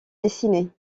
dessiner